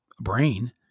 brain